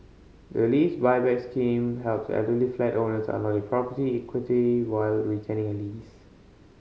the Lease Buyback Scheme helps elderly flat owners unlock their property equity while retaining a lease